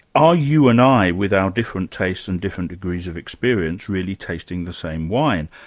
are you and i, with our different tastes and different degrees of experience really tasting the same wine?